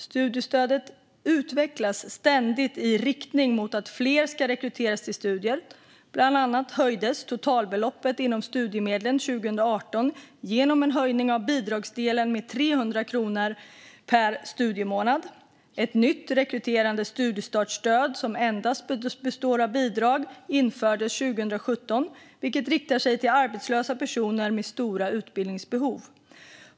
Studiestödet utvecklas ständigt i riktning mot att fler ska rekryteras till studier; bland annat höjdes totalbeloppet inom studiemedlen 2018 genom en höjning av bidragsdelen med 300 kronor per studiemånad. Ett nytt rekryterande studiestartsstöd som endast består av bidrag infördes 2017 och riktar sig till arbetslösa personer med stora utbildningsbehov.